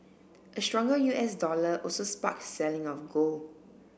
a stronger U S dollar also sparked selling of gold